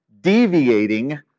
deviating